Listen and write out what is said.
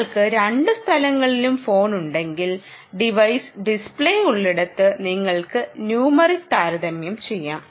നിങ്ങൾക്ക് രണ്ടു സ്ഥലങ്ങളിലും ഫോണുകളുണ്ടെങ്കിൽ ടിവൈസ് ഡിസ്പ്ലേ ഉള്ളിടത്ത് നിങ്ങൾക്ക് ന്യൂമറിക്സ് താരതമ്യം ചെയ്യാം